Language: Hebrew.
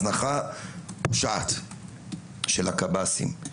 הזנחה פושעת של הקב"סים.